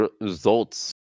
results